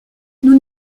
nous